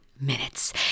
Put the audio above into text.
Minutes